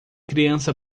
criança